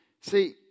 See